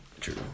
True